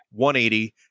180